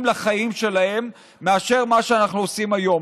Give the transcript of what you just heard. לחיים שלהם מאשר מה שאנחנו עושים היום.